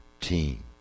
team